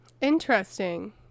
interesting